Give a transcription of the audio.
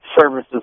services